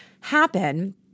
happen